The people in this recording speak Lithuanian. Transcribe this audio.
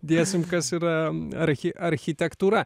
dėsim kas yra archi architektūra